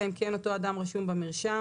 אלא אם כן אותו אדם רשום במרשם.